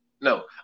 No